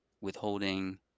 withholding